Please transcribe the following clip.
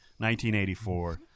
1984